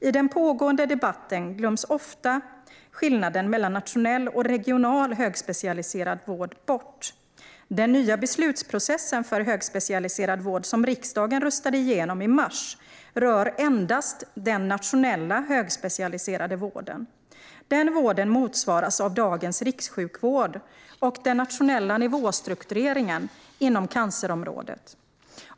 I den pågående debatten glöms ofta skillnaden mellan nationell och regional högspecialiserad vård bort. Den nya beslutsprocessen för högspecialiserad vård, som riksdagen röstade igenom i mars, rör endast den nationella högspecialiserade vården. Den vården motsvaras av dagens rikssjukvård och den nationella nivåstruktureringen inom cancerområdet.